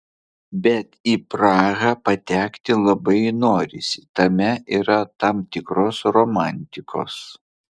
bet į prahą patekti labai norisi tame yra tam tikros romantikos